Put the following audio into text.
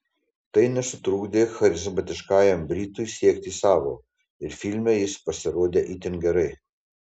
tai nesutrukdė charizmatiškajam britui siekti savo ir filme jis pasirodė itin gerai